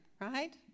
Right